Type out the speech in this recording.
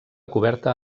coberta